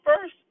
first